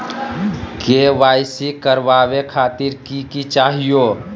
KYC करवावे खातीर कि कि चाहियो?